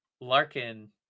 Larkin